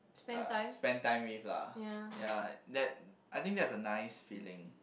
Uh spend time with lah ya that I think that is the nice feeling